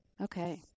Okay